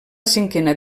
cinquena